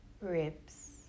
ribs